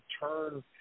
turn